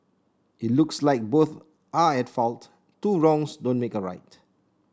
it looks like both are at fault two wrongs don't make a right